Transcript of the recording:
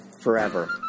forever